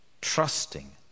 trusting